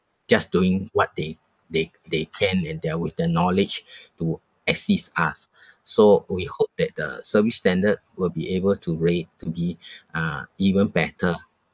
just doing what they they they can and their with their knowledge to assist us so we hope that the service standard will be able to rate to be ah even better